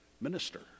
minister